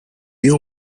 you